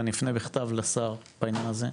ואני אפנה בכתב לשר בעניין הזה,